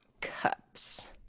Cups